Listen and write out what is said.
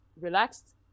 relaxed